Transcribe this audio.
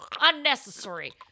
Unnecessary